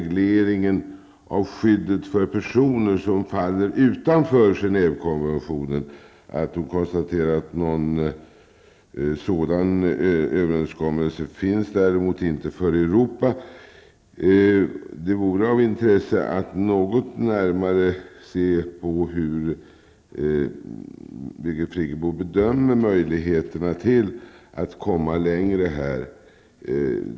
Genèvekonventionen att en sådan överenskommelse inte finns för Europa. Det vore av intresse att få ett något närmare besked om hur Birgit Friggebo bedömer möjligheterna till att här komma längre.